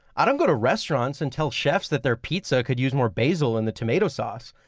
i don't go to restaurants and tell chefs that their pizza could use more basil and the tomato sauce,